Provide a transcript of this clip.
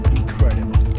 incredible